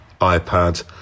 iPad